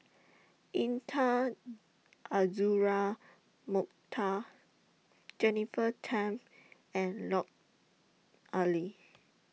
Intan Azura Mokhtar Jennifer Tham and Lut Ali